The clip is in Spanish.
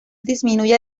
disminuye